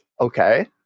Okay